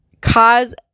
cause